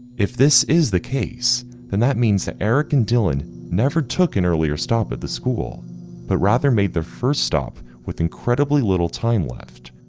if this is the case then that means that eric and dylan never took an earlier stop at the school but rather made their first stop with incredibly little time left,